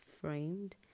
framed